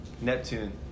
Neptune